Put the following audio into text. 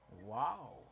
Wow